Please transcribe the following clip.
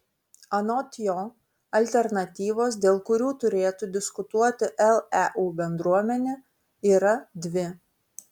anot jo alternatyvos dėl kurių turėtų diskutuoti leu bendruomenė yra dvi